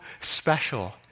special